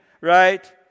Right